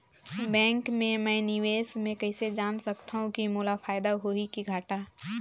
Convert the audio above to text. Bank मे मैं निवेश मे कइसे जान सकथव कि मोला फायदा होही कि घाटा?